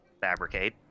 Fabricate